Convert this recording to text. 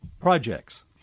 projects